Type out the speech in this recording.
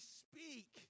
speak